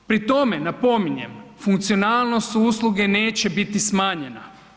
Pri tome, napominjem, funkcionalnost usluge neće biti smanjena.